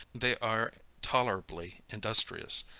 they are tolerably industrious,